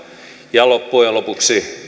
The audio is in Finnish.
ja loppujen lopuksi